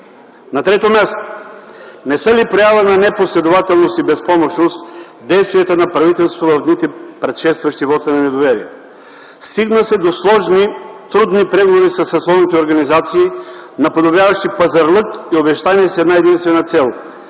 На трето място, не са ли проява на непоследователност и безпомощност действията на правителството в дните, предшестващи вота на недоверие? Стигна се до сложни и трудни преговори със съсловните организации, наподобяващи пазарлък и обещание с една-единствена цел